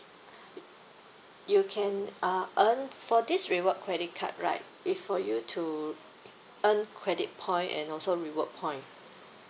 you can uh earn for this reward credit card right it's for you to earn credit point and also reward point